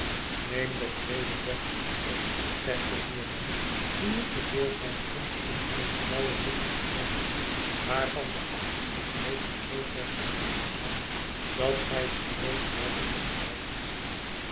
neem de kleeden weg bob zegt de voerrnan die nu te voorschijn komt in eene blauwe duffelsche jas waarvan de achterste knoopen zoo ver vaneen staan dat gij ze nooit beide te gelijk kunt zien